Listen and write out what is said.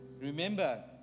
Remember